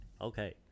Okay